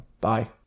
Bye